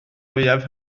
mwyaf